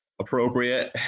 appropriate